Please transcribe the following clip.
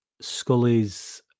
Scully's